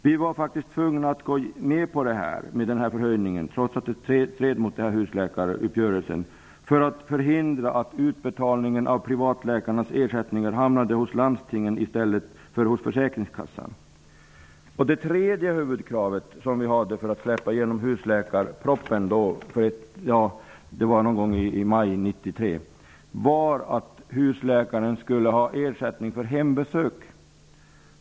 Vi var faktiskt tvungna att gå med på den här förhöjningen, trots att det stred mot husläkaruppgörelsen, för att förhindra att utbetalningen av privatläkarnas ersättningar hamnade hos landstingen i stället för hos Det tredje huvudkravet som vi hade för att släppa igenom husläkarpropositionen -- det var någon gång i maj 1993 -- var att husläkaren skulle ha ersättning för hembesök.